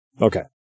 Okay